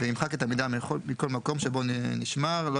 וימחק את המידע מכל מקום שבו נשמר לא